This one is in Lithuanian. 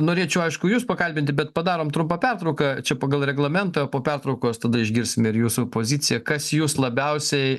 norėčiau aišku jus pakalbinti bet padarom trumpą pertrauką čia pagal reglamentą po pertraukos tada išgirsime ir jūsų poziciją kas jus labiausiai